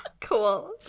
Cool